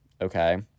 okay